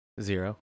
Zero